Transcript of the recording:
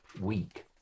weak